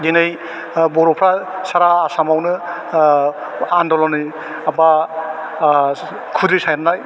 दिनै बर'फ्रा सारा आसामावनो आनदलनै माबा खुद्रिसारनाय